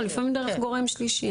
לא, לפעמים דרך גורם שלישי.